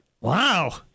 Wow